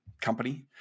company